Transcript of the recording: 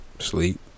sleep